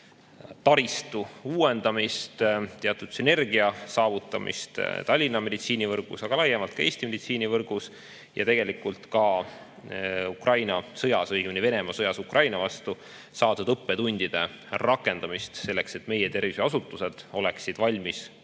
tervisetaristu uuendamist, teatud sünergia saavutamist Tallinna meditsiinivõrgus, aga laiemalt ka Eesti meditsiinivõrgus ja tegelikult ka Ukraina sõjas – õigemini Venemaa sõjas Ukraina vastu – saadud õppetundide rakendamist selleks, et meie tervishoiuasutused oleksid valmis